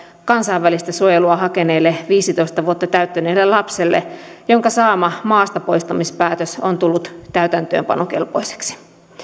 kansainvälistä suojelua hakeneelle viisitoista vuotta täyttäneelle lapselle jonka saama maastapoistamispäätös on tullut täytäntöönpanokelpoiseksi